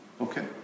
Okay